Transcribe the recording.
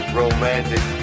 romantic